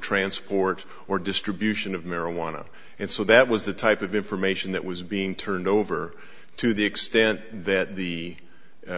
transport or distribution of marijuana and so that was the type of information that was being turned over to the extent that the